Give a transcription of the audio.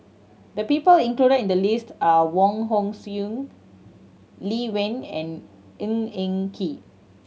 the people included in the list are Wong Hong Suen Lee Wen and Ng Eng Kee